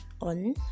on